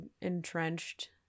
entrenched